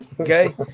Okay